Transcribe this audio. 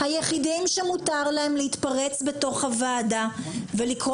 היחידים שמותר להם להתפרץ בתוך הוועדה ולקרוא